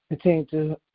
continue